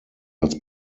als